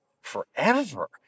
forever